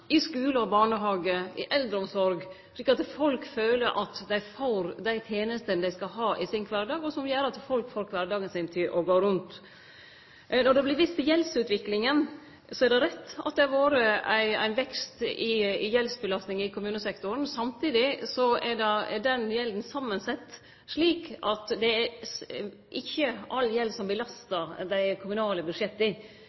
i barnevernet, i skulen og barnehagen, i eldreomsorga, slik at folk føler dei får dei tenestene dei skal ha i sin kvardag, og som gjer at folk får kvardagen sin til å gå rundt. Når det vert vist til gjeldsutviklinga, er det rett at det har vore ein vekst i gjeldsbelastinga i kommunesektoren. Samtidig er den gjelda samansett slik at ikkje all gjeld belastar dei kommunale budsjetta. Ein del handlar om tenester som